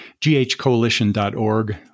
ghcoalition.org